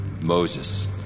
Moses